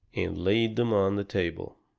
and laid them on the table.